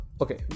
Okay